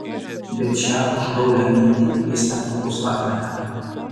bet šią užgaulią mintį jis netrukus atmeta